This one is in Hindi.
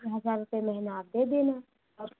छः हजार रुपये महीना आप दे देना और